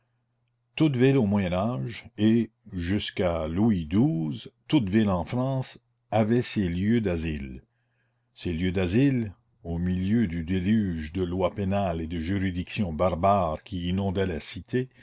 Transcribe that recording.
toute ville au moyen âge et jusqu'à louis xii toute ville en france avait ses lieux d'asile ces lieux d'asile au milieu du déluge de lois pénales et de juridictions barbares qui inondaient la cité